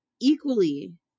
equally